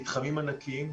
מתחמים ענקיים.